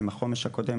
החומש הקודם,